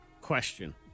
Question